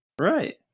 Right